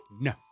No